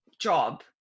job